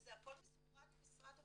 וזה הכול מסונכרן עם משרד הפנים.